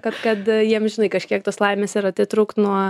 kad kad jie amžinai kažkiek tos laimės yra atitrūkt nuo